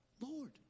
Lord